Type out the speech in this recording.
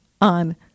on